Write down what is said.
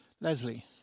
Leslie